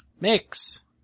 Mix